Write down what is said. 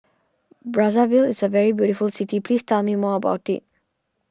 Brazzaville is a very beautiful city please tell me more about it